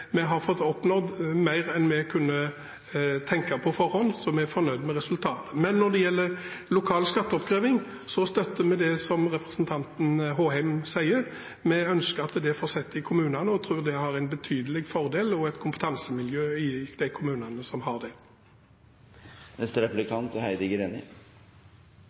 har vi fått oppfylt mange andre saker som har vært veldig viktige for Kristelig Folkeparti. Totalt sett er vi fornøyd. Med tanke på vårt partis størrelse registrerer vi at vi har oppnådd mer enn vi kunne tenkt på forhånd, så vi er fornøyd med resultatet. Når det gjelder lokal skatteoppkreving, støtter vi det som representanten Håheim sier. Vi ønsker at en fortsetter med dette i kommunene, og tror det er